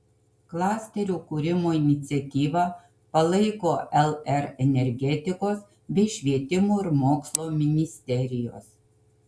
klasterio kūrimo iniciatyvą palaiko lr energetikos bei švietimo ir mokslo ministerijos